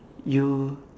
you